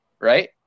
right